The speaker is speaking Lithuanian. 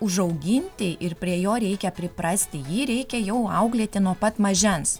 užauginti ir prie jo reikia priprasti jį reikia jau auklėti nuo pat mažens